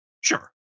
Sure